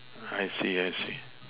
I see I see